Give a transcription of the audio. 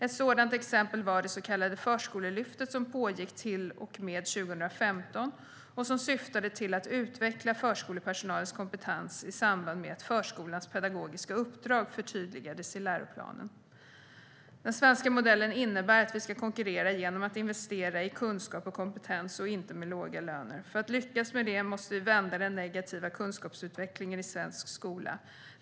Ett sådant exempel var det så kallade Förskolelyftet, som pågick till och med 2015 och som syftade till att utveckla förskolepersonalens kompetens i samband med att förskolans pedagogiska uppdrag förtydligades i läroplanen. Den svenska modellen innebär att vi ska konkurrera genom att investera i kunskap och kompetens, inte med låga löner. För att lyckas med det måste vi vända den negativa kunskapsutvecklingen i svensk skola.